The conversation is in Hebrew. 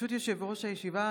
יושב-ראש הישיבה,